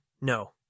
no